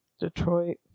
Detroit